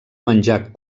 menjar